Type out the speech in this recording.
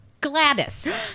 Gladys